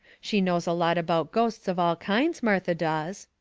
she knows a lot about ghosts of all kinds, martha does.